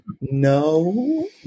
No